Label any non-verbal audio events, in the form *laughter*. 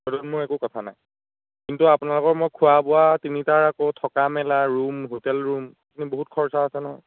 *unintelligible* মোৰ একো কথা নাই কিন্তু আপোনালোকৰ মই খোৱা বোৱা তিনিটাৰ আকৌ থকা মেলা ৰুম হোটেল ৰুম এইখিনি বহুত খৰচ আছে নহয়